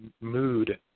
mood